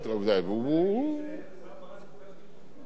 אתה רוצה להגיד שהשר ברק הוא